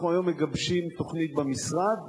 אנחנו היום מגבשים תוכנית במשרד,